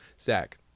Zach